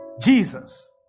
Jesus